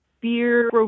beer